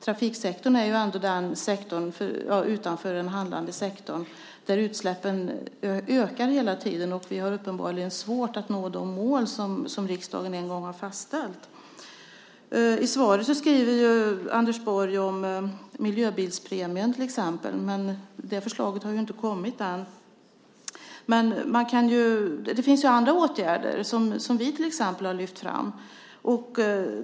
Trafiksektorn är ändå den sektor, utanför den handlande sektorn, där utsläppen ökar hela tiden. Vi har uppenbarligen svårt att nå de mål som riksdagen en gång har fastställt. I svaret skriver Anders Borg om miljöbilspremien till exempel. Men det förslaget har ju inte kommit än. Det finns andra åtgärder som vi till exempel har lyft fram.